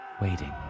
waiting